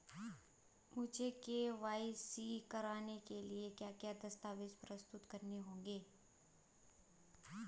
मुझे के.वाई.सी कराने के लिए क्या क्या दस्तावेज़ प्रस्तुत करने होंगे?